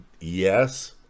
yes